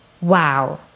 Wow